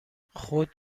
خود